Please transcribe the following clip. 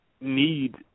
need